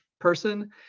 person